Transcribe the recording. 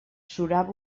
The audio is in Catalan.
surava